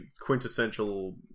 quintessential